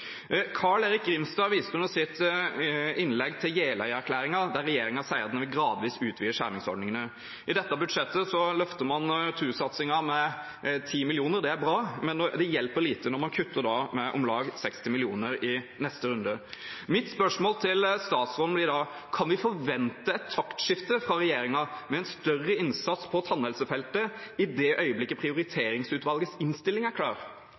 Grimstad viste under sitt innlegg til Jeløya-erklæringen, der regjeringen sier at en vil «gradvis utvide skjermingsordningene». I dette budsjettet løfter man TOO-satsingen med 10 mill. kr, og det er bra, men det hjelper lite når man kutter med om lag 60 mill. kr i neste runde. Mitt spørsmål til statsråden blir da: Kan vi forvente et taktskifte fra regjeringen, med en større innsats på tannhelsefeltet i det øyeblikket prioriteringsutvalgets innstilling er klar?